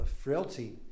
frailty